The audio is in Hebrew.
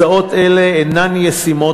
הצעות אלה אינן ישימות,